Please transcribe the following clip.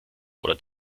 oder